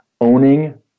owning